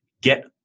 Get